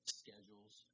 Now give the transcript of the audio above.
schedules